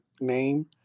name